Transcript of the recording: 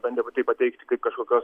bandė va tai pateikti kaip kažkokios